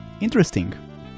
Interesting